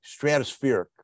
stratospheric